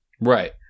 Right